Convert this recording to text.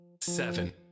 seven